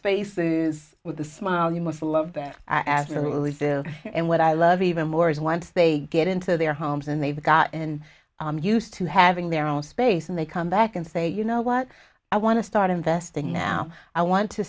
faces with a smile you must love that as a rule is and what i love even more is once they get into their homes and they've got and used to having their own space and they come back and say you know what i want to start investing now i want to